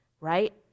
right